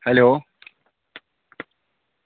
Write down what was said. hello